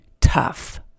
tough